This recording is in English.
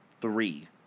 Three